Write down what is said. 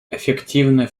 эффективное